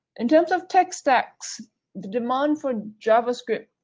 in terms of text stacks the demand for javascript